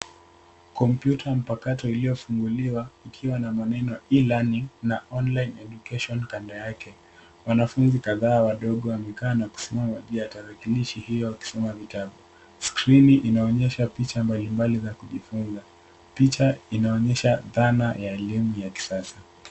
Kompyuta mpakato iliyofunguliwa ikiwa na maneno e-learning na online education kando yake. Wanafunzi kadhaa wadogo wamekaa na kusimama juu ya tarakilishi hiyo wakisoma vitabu. Skrini inaonyesha picha mbalimbali za kujifunza. Picha inaonyesha dhana ya elimu ya kisasa.